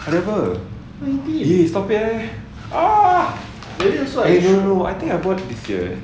hari apa eh stop it eh ah I don't know I think I bought this year